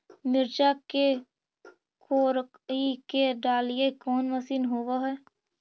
मिरचा के कोड़ई के डालीय कोन मशीन होबहय?